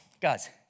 Guys